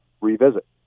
revisit